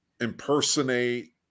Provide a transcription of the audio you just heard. impersonate